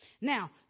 Now